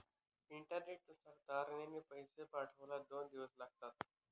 इंटरनेटनुसार तारने पैसे पाठवायला दोन दिवस लागतात